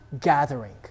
gathering